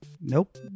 Nope